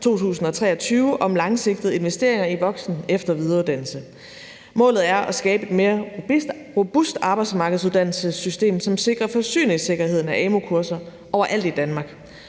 2023 om langsigtede investeringer i voksen-, efter- og videreuddannelse. Målet er at skabe et mere robust arbejdsmarkedsuddannelsessystem, som sikrer forsyningssikkerheden af amu-kurser overalt i Danmark.